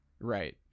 Right